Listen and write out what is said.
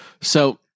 So-